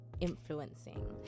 influencing